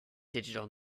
digit